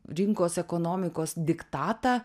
rinkos ekonomikos diktatą